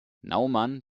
naumann